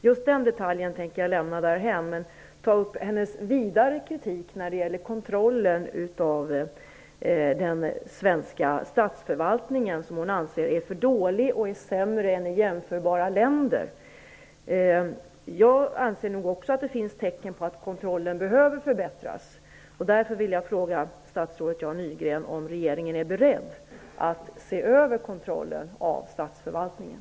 Just den detaljen tänker jag lämna därhän, men jag vill ta upp hennes vidare kritik av kontrollen av den svenska statsförvaltningen. Hon anser att den är för dålig, och sämre än i jämförbara länder. Jag anser också att det finns tecken på att kontrollen behöver förbättras. Därför vill jag fråga statsrådet Jan Nygren om regeringen är beredd att se över kontrollen av statsförvaltningen.